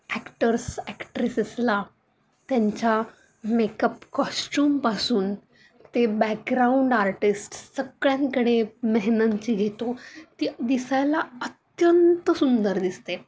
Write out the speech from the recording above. actors ॲक्ट्रेसेसला त्यांच्या makeup कॉस्च्युमपासून ते बॅकग्राऊंड आर्टिस्ट सगळ्यांकडे मेहनत जी घेतो ती दिसायला अत्यंत सुंदर दिसते